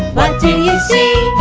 what do you see?